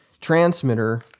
transmitter